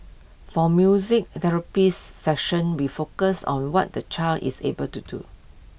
for music therapy session we focus on what the child is able to do